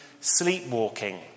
sleepwalking